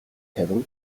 тавин